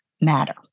matter